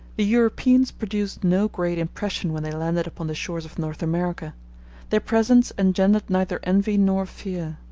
the europeans produced no great impression when they landed upon the shores of north america their presence engendered neither envy nor fear.